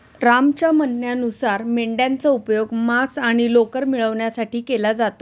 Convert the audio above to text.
रामच्या म्हणण्यानुसार मेंढयांचा उपयोग मांस आणि लोकर मिळवण्यासाठी केला जातो